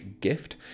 gift